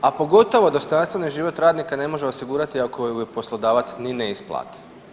A pogotovo dostojanstveni život radnika ne može osigurati ako ju poslodavac ni ne isplati.